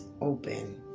open